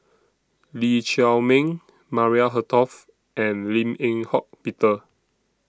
Lee Chiaw Meng Maria Hertogh and Lim Eng Hock Peter